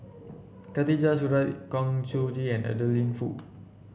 Khatijah Surattee Kang Siong Joo and Adeline Foo